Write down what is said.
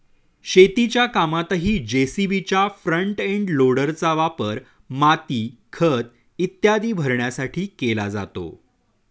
शेतीच्या कामातही जे.सी.बीच्या फ्रंट एंड लोडरचा वापर माती, खत इत्यादी भरण्यासाठी केला जातो